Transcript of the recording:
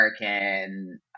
american